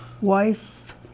wife